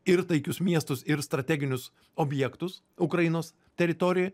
ir taikius miestus ir strateginius objektus ukrainos teritorijoj